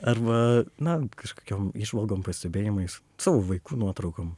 arba na kažkokiom įžvalgom pastebėjimais savo vaikų nuotraukom